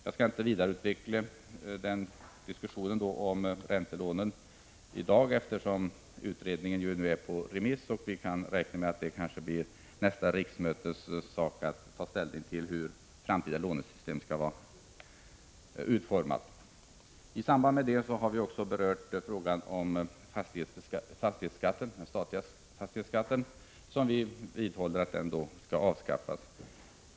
Jag skall inte vidareutveckla diskussionen om räntelånen i dag, eftersom utredningen nu är ute på remiss och vi kan räkna med att det blir nästa riksmötes uppgift att ta ställning till hur det framtida lånesystemet skall vara utformat. I samband med det har vi också berört frågan om den statliga fastighetsskatten. Vi vidhåller att den bör avskaffas.